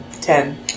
Ten